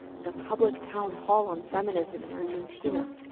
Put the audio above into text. the public town hall on feminism in argentina.